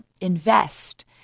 invest